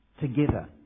together